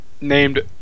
named